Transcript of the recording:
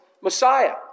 Messiah